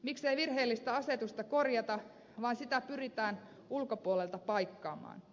miksei virheellistä asetusta korjata vaan sitä pyritään ulkopuolelta paikkaamaan